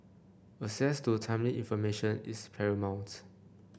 access to timely information is paramount